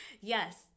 Yes